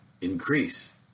increase